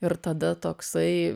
ir tada toksai